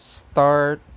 start